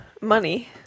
Money